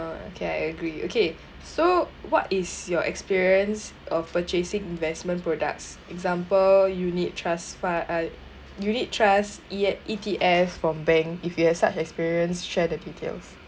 okay I agree okay so what is your experience of purchasing investment products example unit trust fund unit trust E_T_S from bank if you have such experience share the details